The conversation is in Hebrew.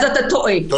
אז אתה טועה -- תודה,